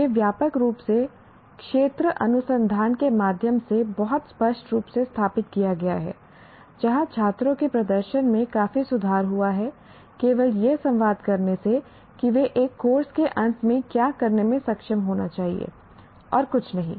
यह व्यापक रूप से क्षेत्र अनुसंधान के माध्यम से बहुत स्पष्ट रूप से स्थापित किया गया है जहां छात्रों के प्रदर्शन में काफी सुधार हुआ है केवल यह संवाद करने से कि वे एक कोर्स के अंत में क्या करने में सक्षम होना चाहिए और कुछ नहीं